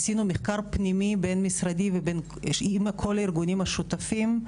עשינו מחקר פנימי בין-משרדי עם כל הארגונים השותפים,